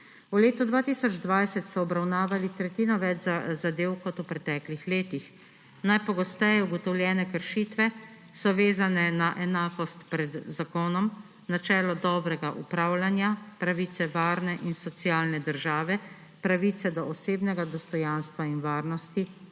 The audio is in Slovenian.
V letu 2020 so obravnavali tretjino več zadev kot v preteklih letih. Najpogosteje ugotovljene kršitve so vezane na enakost pred zakonom, načelo dobrega upravljanja, pravice varne in socialne države, pravice do osebnega dostojanstva in varnosti